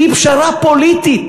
היא פשרה פוליטית,